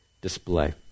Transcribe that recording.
display